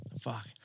Fuck